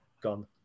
gone